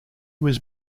was